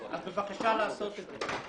אז בבקשה לעשות את זה.